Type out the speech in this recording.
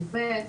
יב',